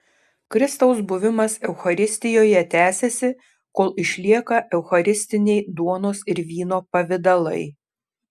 kristaus buvimas eucharistijoje tęsiasi kol išlieka eucharistiniai duonos ir vyno pavidalai